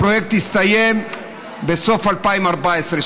הפרויקט הסתיים בסוף 2014,